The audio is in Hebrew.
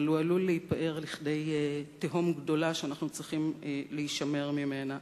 אבל הוא עלול להיפער לכדי תהום גדולה שאנחנו צריכים להישמר ממנה,